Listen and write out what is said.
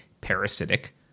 parasitic